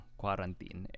quarantine